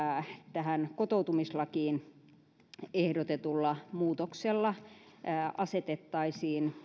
tähän kotoutumislakiin ehdotetulla muutoksella asetettaisiin